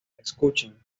escuchen